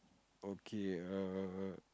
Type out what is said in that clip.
okay err